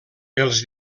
els